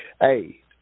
hey